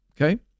okay